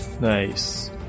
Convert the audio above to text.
Nice